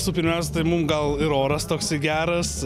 visų pirmiausia tai mum gal ir oras toks geras